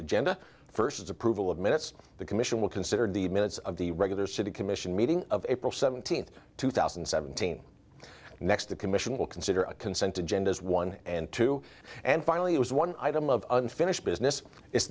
agenda first as approval of minutes the commission will consider the minutes of the regular city commission meeting of april seventeenth two thousand and seventeen next the commission will consider a consent agenda is one and two and finally it was one item of unfinished business is